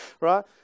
right